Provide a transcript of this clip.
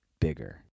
bigger